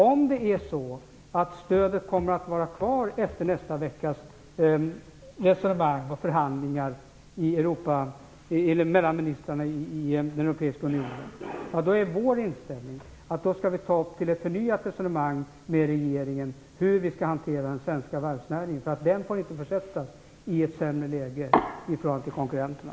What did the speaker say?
Om stödet kommer att vara kvar efter nästa veckas resonemang och förhandlingar mellan ministrarna i Europeiska unionen är vår inställning att vi skall ta upp ett förnyat resonemang med regeringen om hur vi skall hantera den svenska varvsnäringen. Den får inte försättas i ett sämre läge i förhållande till konkurrenterna.